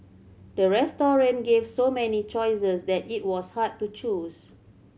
the restaurant gave so many choices that it was hard to choose